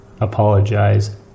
apologize